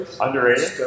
Underrated